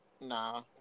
Nah